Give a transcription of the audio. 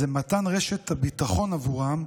זה מתן רשת הביטחון עבורם,